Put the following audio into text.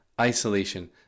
isolation